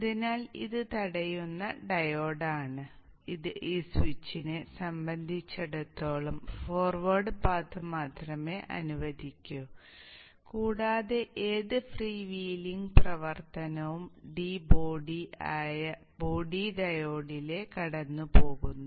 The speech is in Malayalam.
അതിനാൽ ഇത് തടയുന്ന ഡയോഡാണ് ഇത് ഈ സ്വിച്ചിനെ സംബന്ധിച്ചിടത്തോളം ഫോർവേഡ് പാത്ത് മാത്രമേ അനുവദിക്കൂ കൂടാതെ ഏത് ഫ്രീ വീലിംഗ് പ്രവർത്തനവും Dbody യായ ബോഡി ഡയോഡിലൂടെ കടന്നുപോകുന്നു